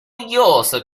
use